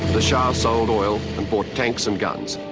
the shah sold oil and bought tanks and guns.